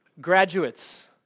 Graduates